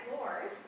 Lord